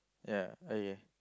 ya okay